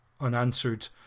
unanswered